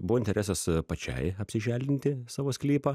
buvo interesas pačiai apsiželdinti savo sklypą